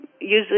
usually